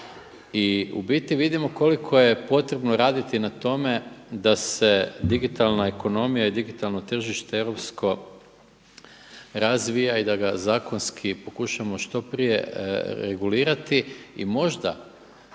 I u biti vidimo koliko je potrebno raditi na tome da se digitalna ekonomija i digitalno tržište europsko razvija i da ga zakonski pokušamo što prije regulirati. I možda,